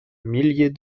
milliers